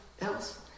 else